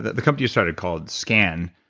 the company you started called scan,